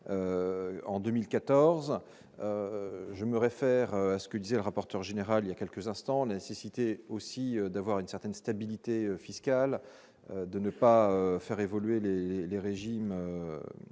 en 2014 je me réfère à ce que disait le rapporteur général, il y a quelques instants, la nécessité aussi d'avoir une certaine stabilité fiscale, de ne pas faire évoluer les les régimes